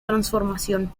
transformación